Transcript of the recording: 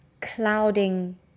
clouding